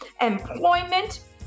employment